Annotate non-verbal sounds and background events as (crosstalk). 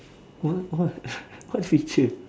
what what (laughs) what feature